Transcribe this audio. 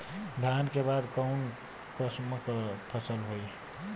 धान के बाद कऊन कसमक फसल होई?